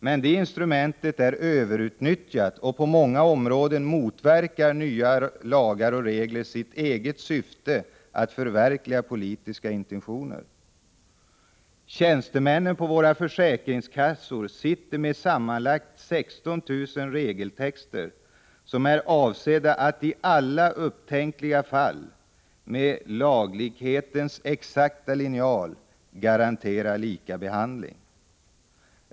Men dessa instrument är överutnyttjade, och på många områden motverkar nya lagar och regler sitt eget syfte i fråga om att förverkliga politiska intentioner. Tjänstemännen på våra försäkringskassor har att beakta sammanlagt 16 000 regeltexter, som är avsedda att med laglikhetens exakta linjal garantera likabehandling i alla upptänkliga fall.